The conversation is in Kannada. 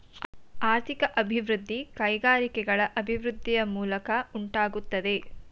ಆರ್ಥಿಕ ಅಭಿವೃದ್ಧಿ ಕೈಗಾರಿಕೆಗಳ ಅಭಿವೃದ್ಧಿಯ ಮೂಲಕ ಉಂಟಾಗುತ್ತದೆ